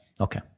okay